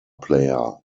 player